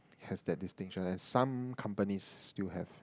has that distinction and some company still have